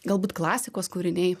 galbūt klasikos kūriniai